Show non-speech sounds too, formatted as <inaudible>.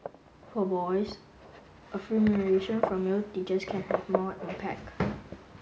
for boys <unintelligible> from male teachers can have more impact <noise>